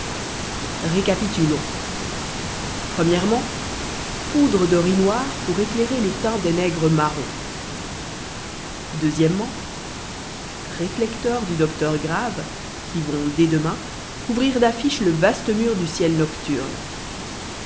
récapitulons poudre de riz noire pour éclairer le teint des nègres marrons réflecteurs du dr grave qui vont dès demain couvrir d'affiches le vaste mur du ciel nocturne